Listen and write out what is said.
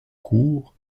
court